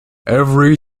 every